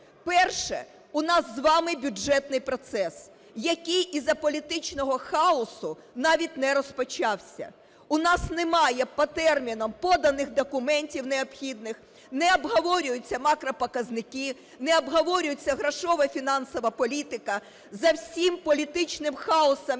Перше. У нас з вами бюджетний процес, який із-за політичного хаосу навіть не розпочався. У нас немає по термінах поданих документів необхідних, не обговорюються макропоказники, не обговорюється грошова фінансова політика. За всім політичним хаосом